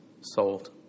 sold